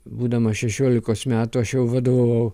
būdamas šešiolikos metų aš jau vadovavau